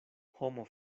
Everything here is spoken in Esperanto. homo